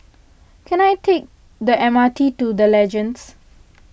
can I take the M R T to the Legends